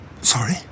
Sorry